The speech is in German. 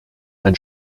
ein